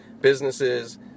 businesses